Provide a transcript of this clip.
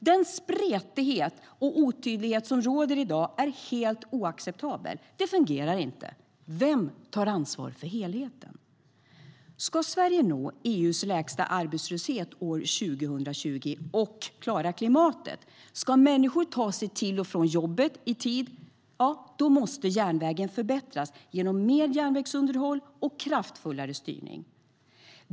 Den spretighet och otydlighet som råder i dag är helt oacceptabel. Det fungerar inte. Vem tar ansvar för helheten? Ska Sverige nå EU:s lägsta arbetslöshet år 2020 och klara klimatet, ska människor ta sig till och från jobbet i tid, ja, då måste järnvägen förbättras genom mer järnvägsunderhåll och kraftfullare styrning.